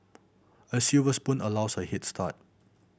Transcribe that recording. a silver spoon allows a head start